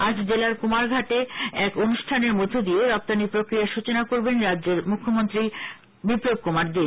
আজ জেলার কুমারঘাটে এক অনুষ্ঠানের মধ্য দিয়ে রপ্তানি প্রক্রিয়ার সূচনা করবেন রাজ্যের মুখ্যমন্ত্রী বিপ্লব কুমার দেব